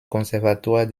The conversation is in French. conservatoire